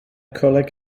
coleg